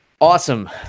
awesome